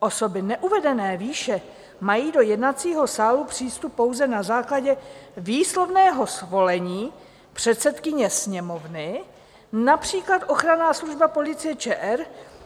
Osoby neuvedené výše mají do jednacího sálu přístup pouze na základě výslovného svolení předsedkyně Sněmovny, například ochranná služba Policie ČR